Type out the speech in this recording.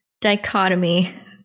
dichotomy